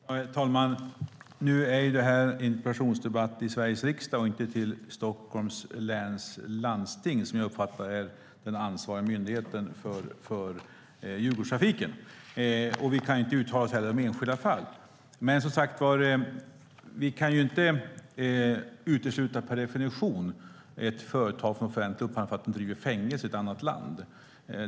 Herr talman! Nu är detta en interpellationsdebatt i Sveriges riksdag och inte i Stockholms läns landsting, som jag uppfattar är den ansvariga myndigheten för Djurgårdstrafiken. Vi kan heller inte uttala oss om enskilda fall. Vi kan som sagt inte per definition utesluta ett företag från offentlig upphandling för att det driver fängelser i ett annat land.